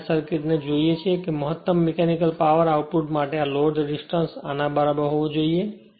અને આ સર્કિટને જોઈએ છીએ કે મહત્તમ મિકેનિકલ પાવર આઉટપુટ માટે આ લોડ રેસિસ્ટન્સ આના બરાબર હોવો જોઈએ